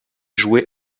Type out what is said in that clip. joué